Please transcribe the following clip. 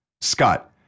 Scott